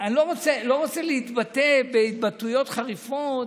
אני לא רוצה להתבטא בהתבטאויות חריפות,